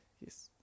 Yes